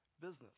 business